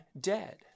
dead